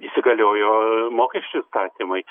įsigaliojo mokesčių įstatymai